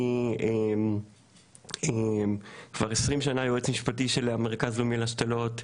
אני כבר 20 שנה יועץ משפטי של המרכז הלאומי להשתלות,